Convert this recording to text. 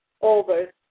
over